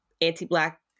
anti-black